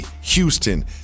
Houston